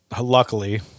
luckily